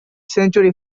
century